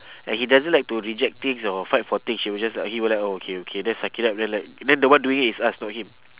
and he doesn't like to reject things or fight for things she will just like he will like oh okay okay then suck it up then like then the one doing is us not him